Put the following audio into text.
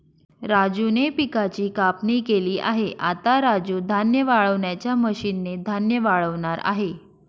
राजूने पिकाची कापणी केली आहे, आता राजू धान्य वाळवणाच्या मशीन ने धान्य वाळवणार आहे